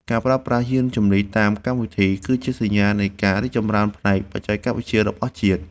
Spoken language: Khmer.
ការប្រើប្រាស់យានជំនិះតាមកម្មវិធី គឺជាសញ្ញានៃការរីកចម្រើនផ្នែកបច្ចេកវិទ្យារបស់ជាតិ។